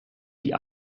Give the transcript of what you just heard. die